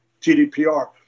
GDPR